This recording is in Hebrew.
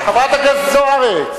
חברת הכנסת זוארץ,